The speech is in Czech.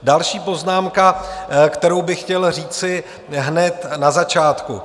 Další poznámka, kterou bych chtěl říci hned na začátku.